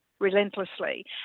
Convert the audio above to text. relentlessly